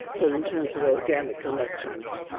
but in terms of organic connections,